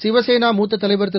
சிவசேனா மூத்த தலைவர் திரு